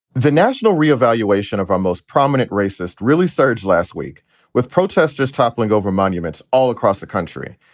the national re-evaluation of our most prominent racist really surged last week with protesters toppling over monuments all across the country.